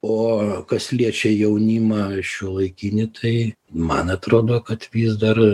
o kas liečia jaunimą šiuolaikinį tai man atrodo kad vis dar